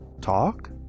talk